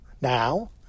now